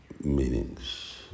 meanings